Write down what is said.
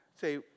say